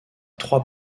trois